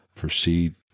proceed